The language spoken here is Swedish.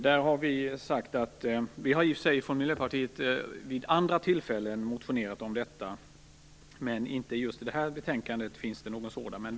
Vi har från Miljöpartiet motionerat om detta vid andra tillfällen, men vi har inte någon sådan motion uppe till behandling i det här betänkandet.